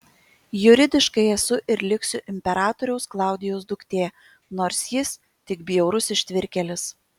juridiškai esu ir liksiu imperatoriaus klaudijaus duktė nors jis tik bjaurus ištvirkėlis